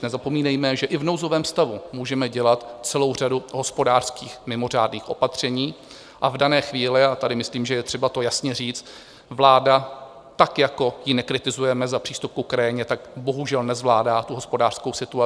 Nezapomínejme, že i v nouzovém stavu můžeme dělat celou řadu hospodářských mimořádných opatření, a v dané chvíli, a tady myslím, že je třeba to jasně říct, vláda tak jako ji nekritizujeme za přístup k Ukrajině, tak bohužel nezvládá tu hospodářskou situaci.